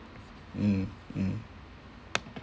mm mm